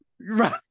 Right